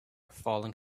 falling